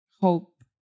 hope